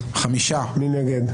מי נגד?